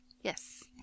Yes